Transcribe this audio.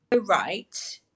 right